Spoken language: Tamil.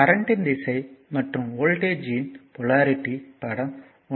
கரண்ட்யின் திசை மற்றும் வோல்டேஜ் யின் போலாரிட்டி படம் 1